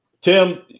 Tim